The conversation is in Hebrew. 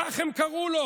כך הם קראו לו,